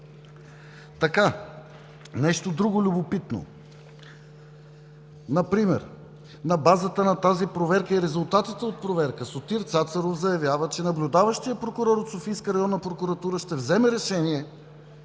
Защо? Нещо друго любопитно. Например, на базата на тази проверка и резултатите от проверката, Сотир Цацаров заявява, че наблюдаващият прокурор от Софийска районна прокуратура ще вземе решение